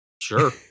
Sure